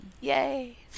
yay